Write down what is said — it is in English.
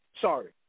Sorry